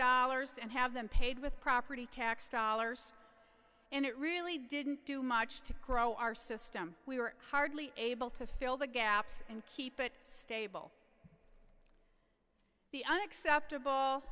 dollars and have them paid with property tax dollars and it really didn't do much to grow our system we were hardly able to fill the gaps and keep it stable the unacceptable